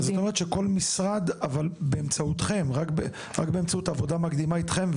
זאת אומרת שכל משרד עושה זאת באמצעות עבודה מקדימה איתכם.